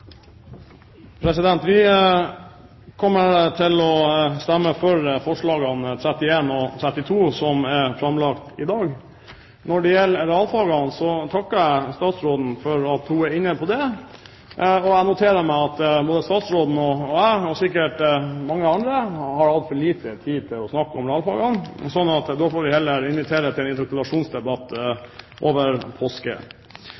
Vi kommer til å stemme for forslagene nr. 31 og 32 som er lagt fram i dag. Når det gjelder realfagene, så takker jeg statsråden for at hun var inne på det, og jeg noterer meg at både statsråden og jeg – og sikkert mange andre – har hatt altfor liten tid til å snakke om realfagene. Så da får vi heller invitere til en interpellasjonsdebatt